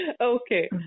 Okay